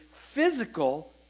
physical